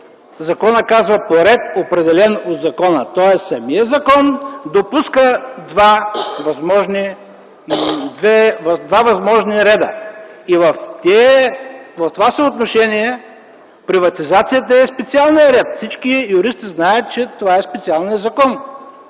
законът казва: „По ред, определен от закона”. Тоест самият закон допуска два възможни реда. В това съотношение приватизацията е специалният ред. Всички юристи знаят, че това е специалният закон.